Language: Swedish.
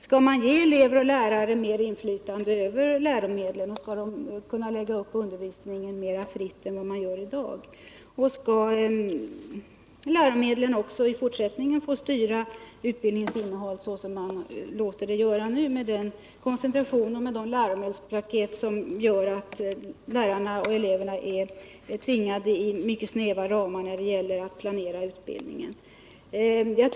Skall man ge elever och lärare mer inflytande över läromedlen och skall de kunna lägga upp undervisningen mera fritt än i dag? Skall läromedlen också i fortsättningen få styra utbildningens innehåll så som man låter dem göra nu, med den koncentration och de läromedelspaket som tvingar in lärarna och eleverna i mycket snäva ramar när det gäller att planera utbildningen?